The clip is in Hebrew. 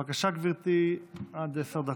בבקשה, גברתי, עד עשר דקות.